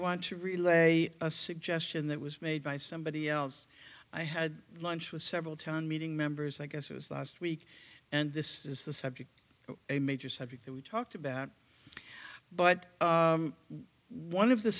to relay a suggestion that was made by somebody else i had lunch with several town meeting members i guess it was last week and this is the subject of a major subject that we talked about but one of the